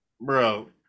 Bro